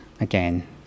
again